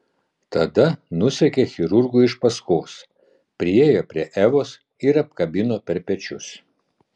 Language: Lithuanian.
tada nusekė chirurgui iš paskos priėjo prie evos ir apkabino per pečius